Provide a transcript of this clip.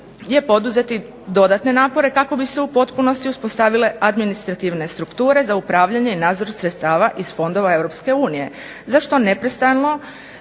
je poduzeti dodatne napore, kako bi se u potpunosti uspostavile administrativne strukture za upravljanje i nadzor sredstava iz fondova Europske